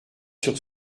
sur